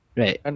right